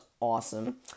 awesome